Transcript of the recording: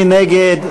מי נגד?